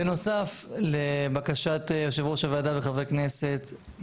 בנוסף לבקשת יושב ראש הוועדה וחברי כנסת,